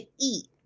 eat